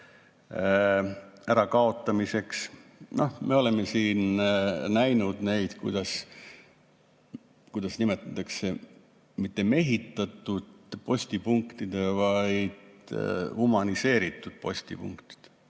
ärakaotamiseks. Me oleme siin näinud – kuidas neid nimetataksegi, mitte mehitatud postipunktid, vaid humaniseeritud postipunktid,